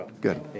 Good